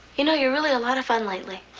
you know, you're really a lot of fun lately.